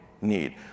need